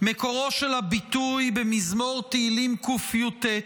מקורו של הביטוי במזמור תהילים קי"ט,